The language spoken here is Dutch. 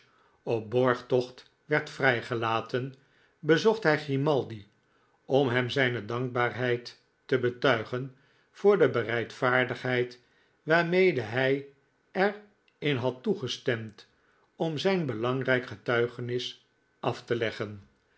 op borgtocht werd vrijgelaten bezocht hij grimaldi om hem zijne dankbaarheid te betuigen voor de bereidvaardigheid waarmede hij er in had toegestemd om zijn belangrijk getuigenis af te leggen